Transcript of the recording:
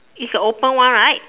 is the open one right